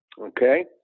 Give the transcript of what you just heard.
Okay